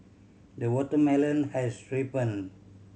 the watermelon has ripened